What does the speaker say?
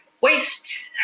waste